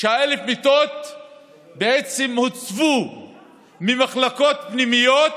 ש-1,000 המיטות בעצם הוצאו ממחלקות פנימיות,